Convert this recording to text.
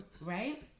Right